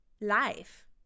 Life